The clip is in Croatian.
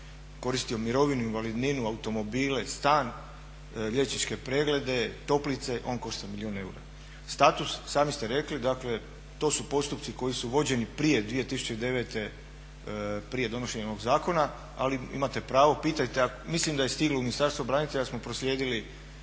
koristio mirovinu, invalidninu, automobile, stan, liječničke preglede, toplice on košta milijun eura. Status sami ste rekli dakle to su postupci koji su vođeni prije 2009.prije donošenja ovog zakona aliimate pravo pitajte, mislim da je stiglo u Ministarstvo branitelja ali smo proslijedili